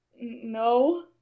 No